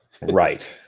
Right